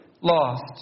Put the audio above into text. lost